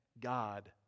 God